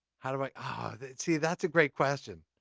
how do i ah see? that's a great question.